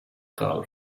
girl